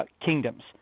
Kingdoms